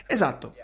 Esatto